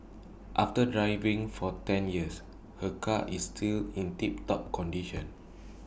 after driving for ten years her car is still in tiptop condition